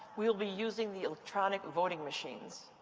we will be using the electronic voting machines.